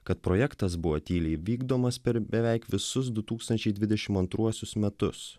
kad projektas buvo tyliai vykdomas per beveik visus du tūkstančiai dvidešim antruosius metus